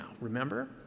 remember